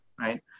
right